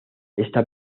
esta